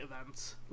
events